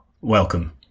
welcome